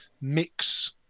mix